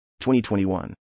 2021